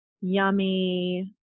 yummy